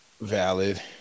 valid